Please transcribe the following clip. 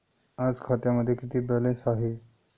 आज खात्यामध्ये किती बॅलन्स आहे?